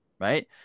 Right